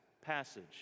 Passage